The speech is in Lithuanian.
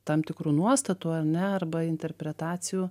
tam tikrų nuostatų ar ne arba interpretacijų